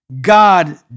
God